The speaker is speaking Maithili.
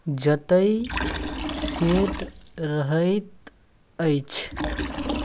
जतहि सेठ रहैत अछि